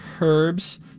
herbs